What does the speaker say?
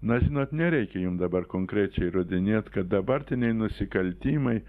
na žinot nereikia jums dabar konkrečiai įrodinėt kad dabartiniai nusikaltimai